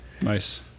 nice